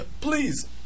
Please